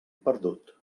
perdut